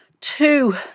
two